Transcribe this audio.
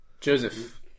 Joseph